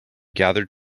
gathered